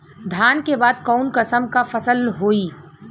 धान के बाद कऊन कसमक फसल होई?